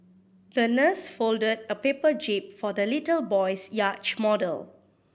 the nurse folded a paper jib for the little boy's yacht model